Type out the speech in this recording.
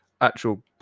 actual